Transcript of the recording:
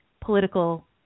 political